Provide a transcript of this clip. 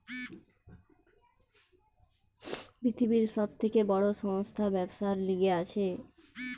পৃথিবীর সব থেকে বড় সংস্থা ব্যবসার লিগে আছে